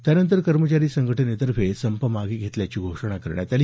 त्यानंतर कर्मचारी संघटनेतर्फे संप मागे घेतल्याची घोषणा करण्यात आली